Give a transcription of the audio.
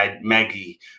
Maggie